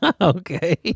Okay